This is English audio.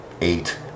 eight